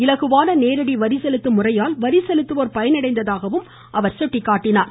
இலகுவான நேரடி வரி செலுத்தும் முறையால் வரி செலுத்துவோர் பயனடைந்ததாகவும் அவர் குறிப்பிட்டார்